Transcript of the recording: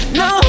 no